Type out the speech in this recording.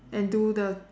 and do the